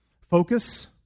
focus